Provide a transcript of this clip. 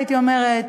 הייתי אומרת,